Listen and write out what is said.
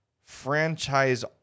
franchise